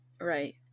Right